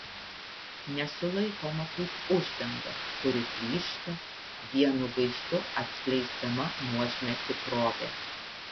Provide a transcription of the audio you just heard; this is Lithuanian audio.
nesulaikoma kaip uždanga kuri plyšta vienu gaistu atskleisdama nuožmią tikrovę